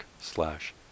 slash